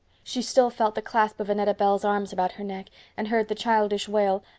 she still felt the clasp of annetta bell's arms about her neck and heard the childish wail,